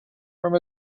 from